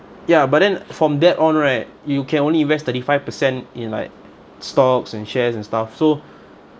ya but then from that on right you can only invest thirty five percent in like stocks and shares and stuff so